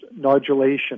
nodulation